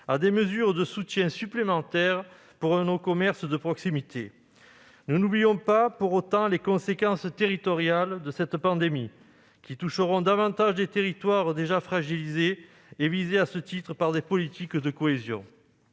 à des mesures complémentaires de soutien pour nos commerces de proximité. Nous n'oublions pas pour autant les conséquences territoriales de cette pandémie, qui toucheront davantage des territoires déjà fragilisés et visés, à ce titre, par des politiques de cohésion.